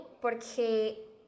porque